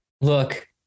Look